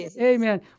Amen